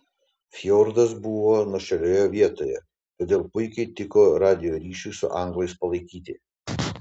fjordas buvo nuošalioje vietoje todėl puikiai tiko radijo ryšiui su anglais palaikyti